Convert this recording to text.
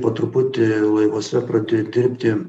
po truputį laivuose pradėjo dirbti